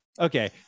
Okay